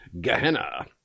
Gehenna